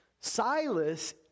Silas